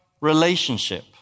relationship